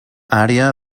àrea